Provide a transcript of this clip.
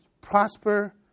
prosper